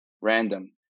random